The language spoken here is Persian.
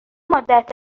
مدت